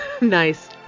Nice